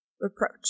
reproach